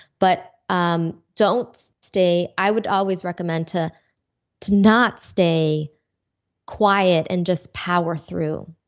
but um don't stay, i would always recommend to to not stay quiet and just power through,